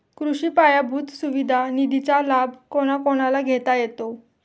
कृषी पायाभूत सुविधा निधीचा लाभ कोणाकोणाला घेता येतो?